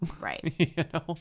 Right